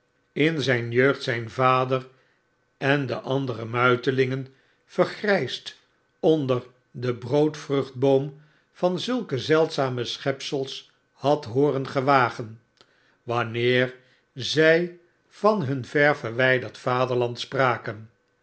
in zijn jeugd zgnvaderende andere muitelingen vergrijsa onder den broodvruchtboom van zulke zeldzame schepselen had hooren gewagen wanneer zg van hun ver verwgderd vaderland spraken